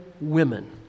women